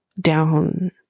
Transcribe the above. down